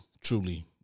truly